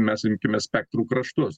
mes imkime spektrų kraštus